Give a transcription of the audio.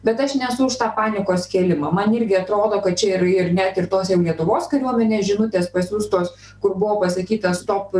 bet aš nesu už tą panikos kėlimą man irgi atrodo kad čia ir ir net ir tos jau lietuvos kariuomenės žinutės pasiųstos kur buvo pasakyta stop